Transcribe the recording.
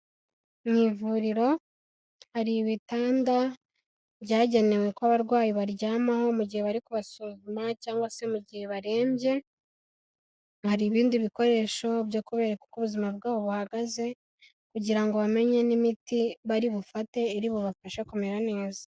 Mu ivuriro hari ibitanda byagenewe ko abarwayi baryamaho mu gihe bari kubasuzuma cyangwa se mu gihe barembye hari ibindi bikoresho byo kubereka uko ubuzima bwabo buhagaze kugira ngo bamenye n'imiti bari bufate iri bubafashe kumera neza.